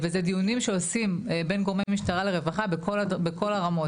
וזה דיונים שעושים בין גורמי משטרה לרווחה ובכל הרמות.